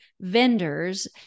vendors